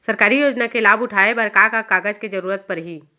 सरकारी योजना के लाभ उठाए बर का का कागज के जरूरत परही